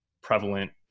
prevalent